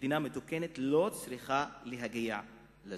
מדינה מתוקנת לא צריכה להגיע לזה.